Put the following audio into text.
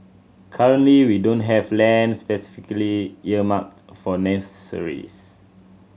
currently we don't have land specifically earmarked for nurseries